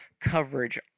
coverage